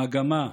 המגמה,